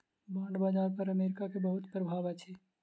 bond बाजार पर America के बहुत प्रभाव अछि